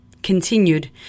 Continued